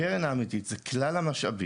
הקרן האמיתית זה כלל המשאבים,